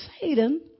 Satan